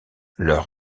leur